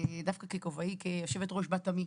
דווקא ככובעי כיושבת ראש בת עמי.